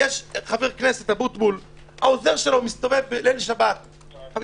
העוזר של חבר הכנסת אבוטבול מסתובב בליל שבת עכשיו,